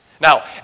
Now